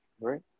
right